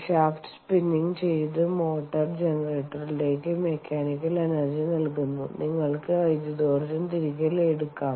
shaft spinning ചെയ്ത് motor ജനറേറ്ററിലേക്ക് mechanical energy നൽകുമ്പോൾ നിങ്ങൾക്ക് വൈദ്യുതോർജ്ജം തിരികെ എടുക്കാം